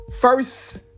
First